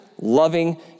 loving